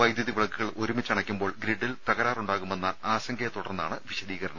വൈദ്യുതി വിള ക്കുകൾ ഒരുമിച്ച് അണക്കുമ്പോൾ ഗ്രിഡിൽ തകരാർ ഉണ്ടാകുമെന്ന ആശങ്കയെത്തുടർന്നാണ് വിശദീകരണം